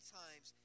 times